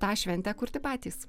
tą šventę kurti patys